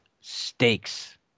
Stakes